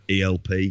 ELP